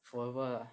foldable ah